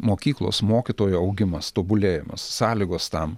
mokyklos mokytojo augimas tobulėjimas sąlygos tam